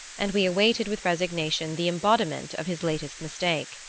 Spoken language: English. and we awaited with resignation the embodiment of his latest mistake.